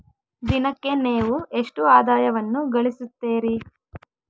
ದಿನಕ್ಕೆ ನೇವು ಎಷ್ಟು ಆದಾಯವನ್ನು ಗಳಿಸುತ್ತೇರಿ?